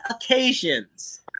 occasions